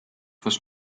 was